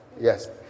yes